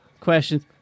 questions